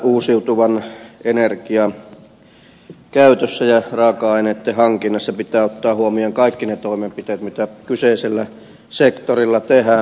uusiutuvan energian käytössä ja raaka aineitten hankinnassa pitää ottaa huomioon kaikki ne toimenpiteet mitä kyseisellä sektorilla tehdään